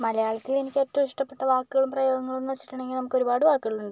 മലയാളത്തിൽ എനിക്കേറ്റവും ഇഷ്ടപ്പെട്ട വാക്കുകളും പ്രയോഗങ്ങളുമെന്ന് വെച്ചിട്ടുണ്ടെങ്കിൽ നമുക്കൊരുപാട് വാക്കുകളുണ്ട്